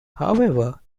however